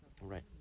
right